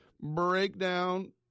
breakdown